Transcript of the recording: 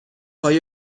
های